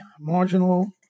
marginal